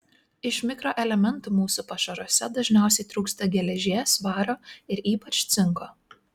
iš mikroelementų mūsų pašaruose dažniausiai trūksta geležies vario ir ypač cinko